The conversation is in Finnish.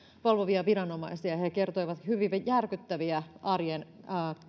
valvovia viranomaisia ja he he kertoivat hyvin järkyttäviä arjen